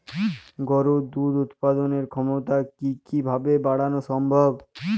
গরুর দুধ উৎপাদনের ক্ষমতা কি কি ভাবে বাড়ানো সম্ভব?